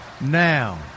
Now